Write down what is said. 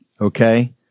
okay